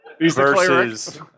versus